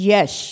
Yes